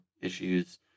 issues